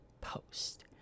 post